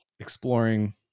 Exploring